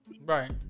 Right